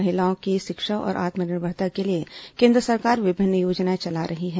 महिलाओं की शिक्षा और आत्मनिर्भरता के लिए केंद्र सरकार विभिन्न योजनाएं चला रही हैं